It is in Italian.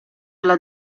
alla